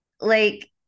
Like-